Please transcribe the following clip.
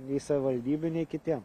nei savivaldybių nei kitiem